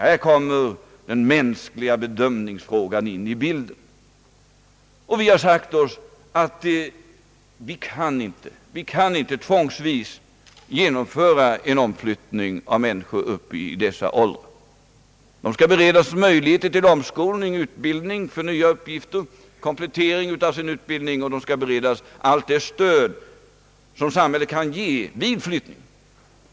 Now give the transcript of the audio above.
Här kommer de mänskliga synpunkterna in i bilden vid bedömningen. Vi har sagt oss att vi inte tvångsvis kan genomföra en omflyttning av människor i dessa åldrar. De skall beredas möjligheter till omskolning, utbildning för nya uppgifter, komplettering av sin utbildning, och de skall få allt det stöd som samhället kan ge vid flyttning.